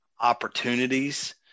opportunities